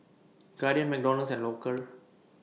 Guardian McDonald's and Loacker